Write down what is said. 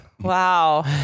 Wow